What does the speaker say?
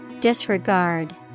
disregard